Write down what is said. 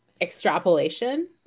extrapolation